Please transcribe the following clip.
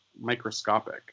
microscopic